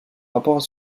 rapports